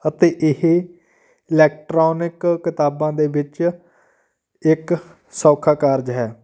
ਅਤੇ ਇਹ ਇਲੈਕਟ੍ਰੋਨਿਕ ਕਿਤਾਬਾਂ ਦੇ ਵਿੱਚ ਇੱਕ ਸੌਖਾ ਕਾਰਜ ਹੈ